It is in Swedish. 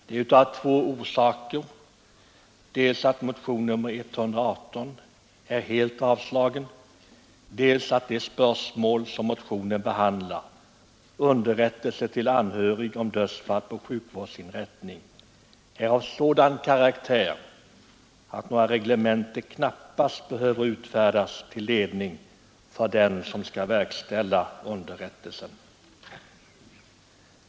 Min tvekan har två orsaker: dels har motionen 118 helt avstyrkts, dels är det spörsmål som motionen behandlar — underrättelse till anhörig om dödsfall på sjukvårdsinrättning — av sådan karaktär att några reglementen knappast behöver utfärdas till ledning för den som skall verkställa underrättelsen.